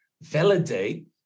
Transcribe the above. validate